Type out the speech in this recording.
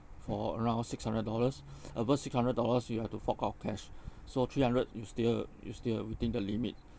for around six hundred dollars above six hundred dollars you have to fork out cash so three hundred you still you still within the limit